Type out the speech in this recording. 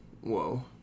Whoa